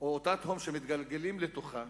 או אותה תהום שמתגלגלים לתוכה